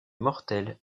mortelle